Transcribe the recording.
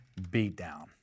beatdown